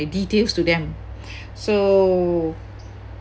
details to them so